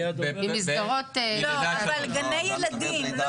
עם מסגרות, לא, אבל גני ילדים.